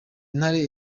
ntare